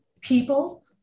people